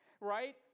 right